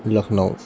Lucknow